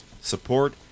support